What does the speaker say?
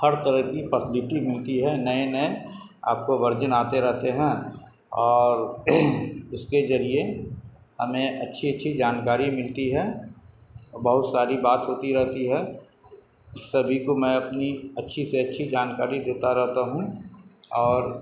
ہر طرح کی فسلٹی ملتی ہے نئے نئے آپ کو ورجن آتے رہتے ہیں اور اس کے ذریعے ہمیں اچھی اچھی جانکاری ملتی ہے بہت ساری بات ہوتی رہتی ہے سبھی کو میں اپنی اچھی سے اچھی جانکاری دیتا رہتا ہوں اور